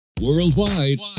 Worldwide